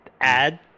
add